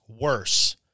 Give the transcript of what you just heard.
worse